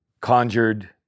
conjured